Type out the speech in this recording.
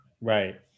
Right